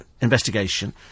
investigation